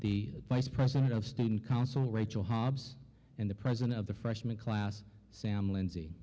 the vice president of student council rachel hobbs and the president of the freshman class sam lindsay